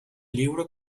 libro